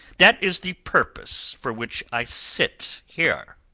that is the purpose for which i sit here.